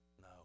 No